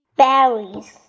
berries